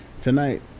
Tonight